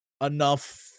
enough